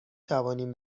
توانیم